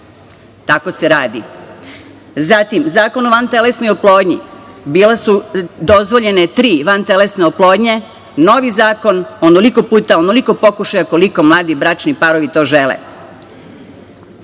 Tako se radi. Zatim, Zakon o vantelesnoj oplodnji, bile su dozvoljene tri vantelesne oplodnje. Novi zakon – onoliko puta, onoliko pokušaja koliko mladi bračni parovi to žele.